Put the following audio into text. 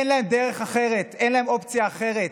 אין להם דרך אחרת, אין להם אופציה אחרת.